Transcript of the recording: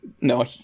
No